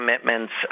commitments